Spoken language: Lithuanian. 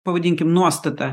pavadinkim nuostatą